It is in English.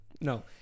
No